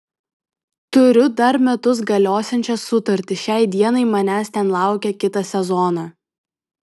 turiu dar metus galiosiančią sutartį šiai dienai manęs ten laukia kitą sezoną